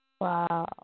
Wow